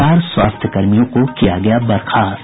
चार स्वास्थ्यकर्मियों को किया गया बर्खास्त